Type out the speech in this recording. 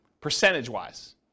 percentage-wise